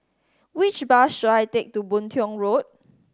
which bus should I take to Boon Tiong Road